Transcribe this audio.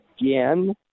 again